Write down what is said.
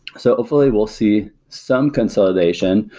so hopefully, we'll see some consolidation.